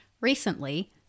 Recently